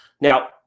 Now